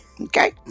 okay